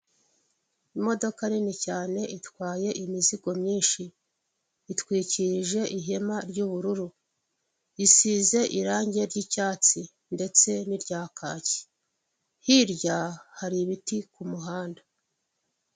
Icyapa kiriho amafoto atatu magufi y'abagabo babiri uwitwa KABUGA n 'uwitwa BIZIMANA bashakishwa kubera icyaha cya jenoside yakorewe abatutsi mu Rwanda.